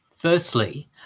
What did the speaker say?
Firstly